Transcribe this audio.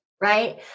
right